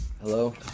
Hello